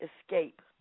escape